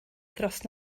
dros